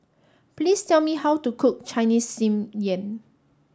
please tell me how to cook Chinese Steamed Yam